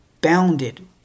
bounded